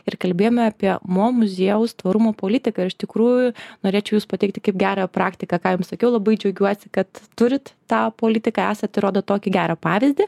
ir kalbėjome apie mo muziejaus tvarumo politiką ir iš tikrųjų norėčiau jus pateikti kaip gerą praktiką ką jum sakiau labai džiaugiuosi kad turit tą politiką esat ir rodot tokį gerą pavyzdį